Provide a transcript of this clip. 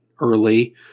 early